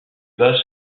bas